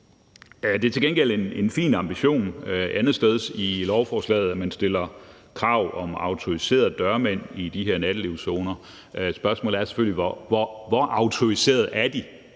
Det er til gengæld en fin ambition andetsteds i lovforslaget, at man stiller krav om autoriserede dørmænd i de her nattelivszoner, men spørgsmålet er selvfølgelig, hvor autoriserede de